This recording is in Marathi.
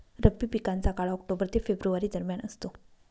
रब्बी पिकांचा काळ ऑक्टोबर ते फेब्रुवारी दरम्यान असतो